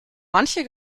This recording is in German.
manche